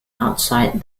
outside